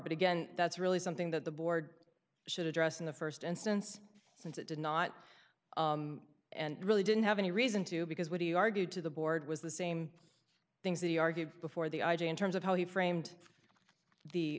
but again that's really something that the board should address in the st instance since it did not and really didn't have any reason to because what do you argued to the board was the same things that he argued before the i g in terms of how he framed the